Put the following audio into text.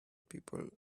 people